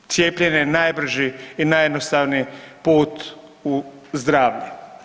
Cijepljenje je najbrži i najjednostavniji put u zdravlje.